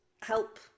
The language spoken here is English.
help